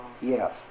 Yes